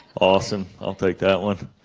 awesome i'll take that one